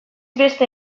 beste